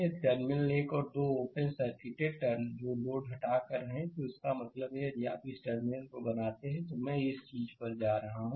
यदि टर्मिनल 1 और 2 open circuited हैं जो लोड को हटाकर है इसका मतलब है यदि आप इस टर्मिनल को बनाते हैं तो मैं इस चीज पर जा रहा हूं